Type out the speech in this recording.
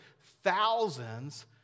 thousands